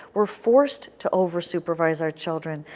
we are forced to over-supervise our children.